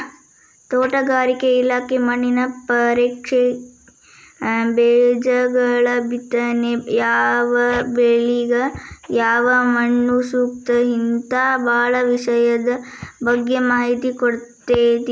ತೋಟಗಾರಿಕೆ ಇಲಾಖೆ ಮಣ್ಣಿನ ಪರೇಕ್ಷೆ, ಬೇಜಗಳಬಿತ್ತನೆ ಯಾವಬೆಳಿಗ ಯಾವಮಣ್ಣುಸೂಕ್ತ ಹಿಂತಾ ಬಾಳ ವಿಷಯದ ಬಗ್ಗೆ ಮಾಹಿತಿ ಕೊಡ್ತೇತಿ